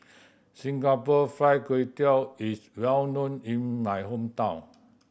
Singapore Fried Kway Tiao is well known in my hometown